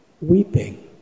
weeping